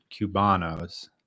cubanos